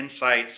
insights